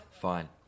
Fine